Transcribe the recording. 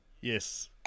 yes